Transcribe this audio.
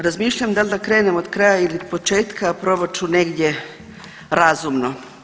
Razmišljam da li da krenem od kraja ili početka, a probat ću negdje razumno.